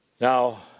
Now